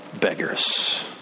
beggars